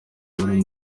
muri